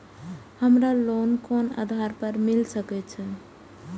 हमरा लोन कोन आधार पर मिल सके छे?